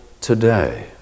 today